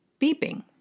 beeping